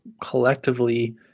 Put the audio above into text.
collectively